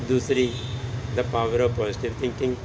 ਦੂਸਰੀ ਦਾ power of positive thinking